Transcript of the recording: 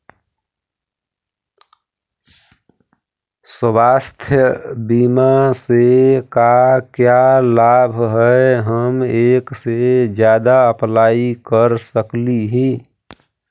स्वास्थ्य बीमा से का क्या लाभ है हम एक से जादा अप्लाई कर सकली ही?